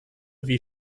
wie